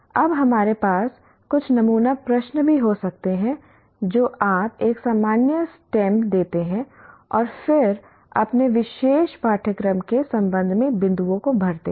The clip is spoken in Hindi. अब हमारे पास कुछ नमूना प्रश्न भी हो सकते हैं जो आप एक सामान्य स्टेम देते हैं और फिर अपने विशेष पाठ्यक्रम के संबंध में बिंदुओं को भरते हैं